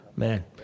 man